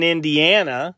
Indiana